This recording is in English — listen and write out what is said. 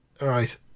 right